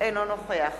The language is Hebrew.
אינו נוכח